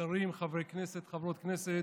שרים, חברי כנסת, חברות כנסת,